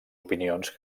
opinions